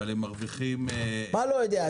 מה לא יודע?